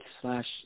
slash